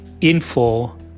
info